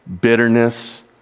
bitterness